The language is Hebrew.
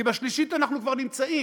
כי בשלישית אנחנו כבר נמצאים.